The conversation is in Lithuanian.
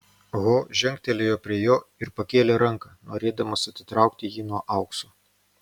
ho žengtelėjo prie jo ir pakėlė ranką norėdamas atitraukti jį nuo aukso